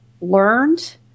learned